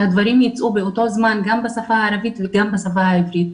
שהדברים ייצאו באותו הזמן גם בשפה הערבית וגם בשפה העברית,